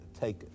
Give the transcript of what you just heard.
take